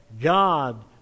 God